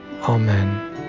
Amen